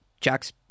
Jack's